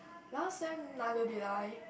last sem neither did I